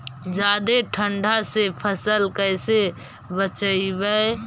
जादे ठंडा से फसल कैसे बचइबै?